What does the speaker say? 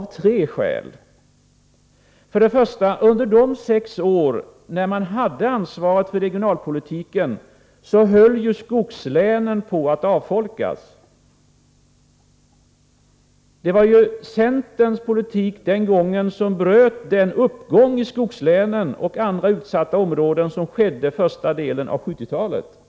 För det första höll skogslänen på att avfolkas under de sex borgerliga regeringsåren. Det var ju centerns politik som gjorde att den uppgång i skogslänen och andra utsatta områden som skedde under första delen av 1970-talet bröts.